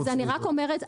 אז אני רק אומרת,